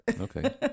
okay